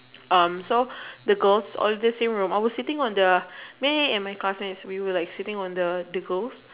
so the girls all the same room I was sitting on the me and my classmates we were sitting on like the the girls